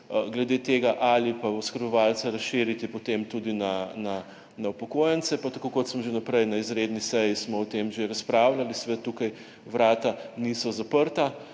Glede tega, ali pa oskrbovalca razširiti potem tudi na upokojence, pa tako kot sem že prej, na izredni seji smo o tem že razpravljali, seveda tukaj vrata niso zaprta,